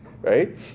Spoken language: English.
right